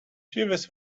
jeeves